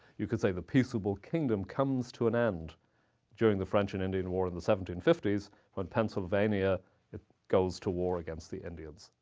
you could say the peaceable kingdom comes to an end during the french and indian war in the seventeen fifty s when pennsylvania goes to war against the indians.